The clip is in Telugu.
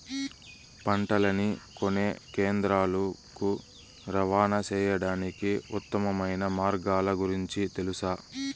పంటలని కొనే కేంద్రాలు కు రవాణా సేయడానికి ఉత్తమమైన మార్గాల గురించి తెలుసా?